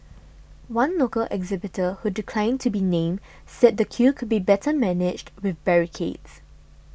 one local exhibitor who declined to be named said the queue could be better managed with barricades